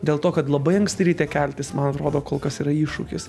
dėl to kad labai anksti ryte keltis man atrodo kol kas yra iššūkis